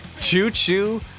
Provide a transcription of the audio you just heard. Choo-choo